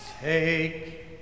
Take